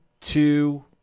two